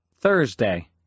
Thursday